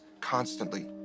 constantly